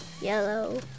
yellow